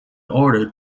order